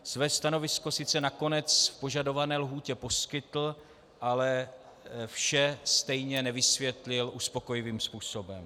Své stanovisko sice nakonec v požadované lhůtě poskytl, ale vše stejně nevysvětlil uspokojivým způsobem.